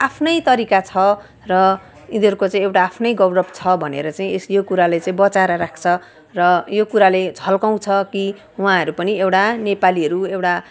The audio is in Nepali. आफ्नै तरिका छ र यिनीहरूको चाहिँ एउटा आफ्नै गौरव छ भनेर चाहिँ यो कुराले चाहिँ बचाएर राख्छ र यो कुराले झल्काउँछ कि उहाँहरू पनि एउटा नेपालीहरू एउटा